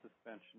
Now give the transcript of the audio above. suspension